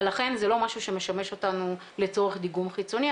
ולכן זה לא משהו שמשמש אותנו לצורך דיגום חיצוני.